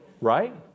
right